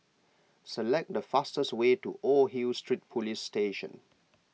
select the fastest way to Old Hill Street Police Station